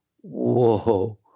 Whoa